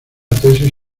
tesis